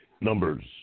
numbers